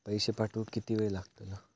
पैशे पाठवुक किती वेळ लागतलो?